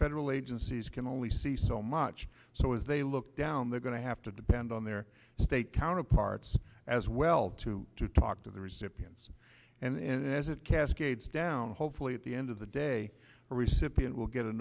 federal agencies can only see so much so as they look down they're going to have to depend on their state counterparts as well to talk to the recipients and as it cascades down hopefully at the end of the day the recipient will get a